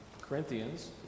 Corinthians